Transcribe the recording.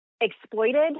exploited